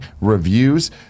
Reviews